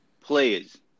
players